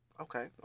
Okay